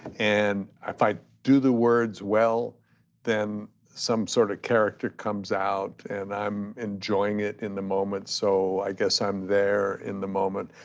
and if i do the words well then some sort of character comes out and i'm enjoying it in the moment so i guess i'm there in the moment,